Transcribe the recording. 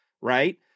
right